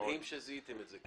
מדהים שזיהיתם את זה...